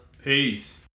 Peace